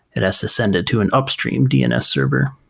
it has to send it to an upstream dns server,